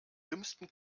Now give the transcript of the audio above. dümmsten